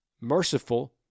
merciful